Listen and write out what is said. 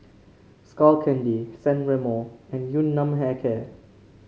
Skull Candy San Remo and Yun Nam Hair Care